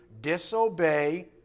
disobey